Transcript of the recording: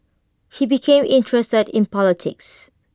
he became interested in politics